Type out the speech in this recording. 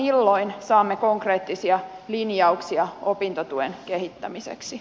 milloin saamme konkreettisia linjauksia opintotuen kehittämiseksi